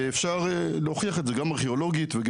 ואפשר להוכיח את זה גם ארכיאולוגית.